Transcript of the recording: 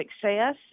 success